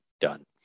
done